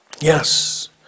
Yes